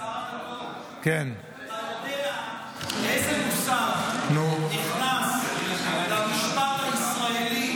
שר הדתות, אתה יודע איזה מושג נכנס למשפט הישראלי